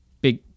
big